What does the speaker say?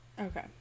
Okay